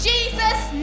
Jesus